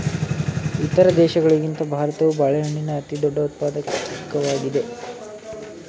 ಇತರ ದೇಶಗಳಿಗಿಂತ ಭಾರತವು ಬಾಳೆಹಣ್ಣಿನ ಅತಿದೊಡ್ಡ ಉತ್ಪಾದಕವಾಗಿದೆ